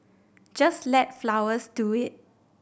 just let flowers do it